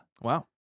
Wow